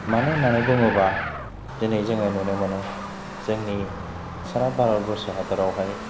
मानो होननानै बुङोबा दिनै जोङो नुनो मोनो जोंनि सारा भारतबर्ष हादरावहाय